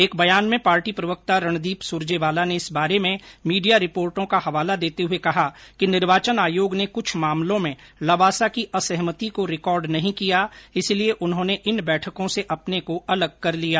एक बयान में पार्टी प्रवक्ता रणदीप सुरेजवाला ने इस बारे में मीडिया रिपोर्टो का हवाला देते हए कहा कि निर्वाचन आयोग ने कुछ मामलों में लवासा की असहमति को रिकॉर्ड नही किया इसलिए उन्होंने इन बैठकों से अपने को अलग कर लिया